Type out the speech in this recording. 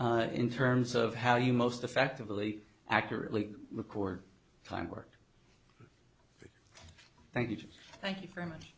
in terms of how you most effectively accurately record climb work thank you thank you very much